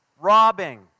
Robbing